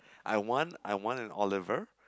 I want I want an Oliver